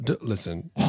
Listen